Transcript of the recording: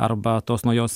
arba tos naujos